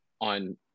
on